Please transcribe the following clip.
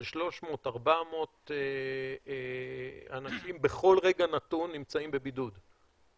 300 400 אנשים בכל רגע נתון נמצאים בבידוד.